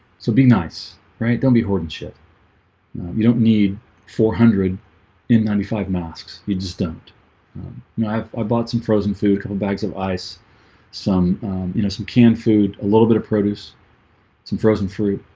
so be nice right don't be hoarding shit you don't need four hundred in ninety five masks. you just don't know i i bought some frozen food couple bags of ice some, you know some canned food a little bit of produce some frozen fruit.